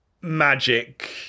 Magic